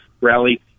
rally